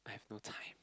I have no time